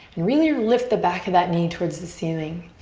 really lift the back of that knee towards the ceiling.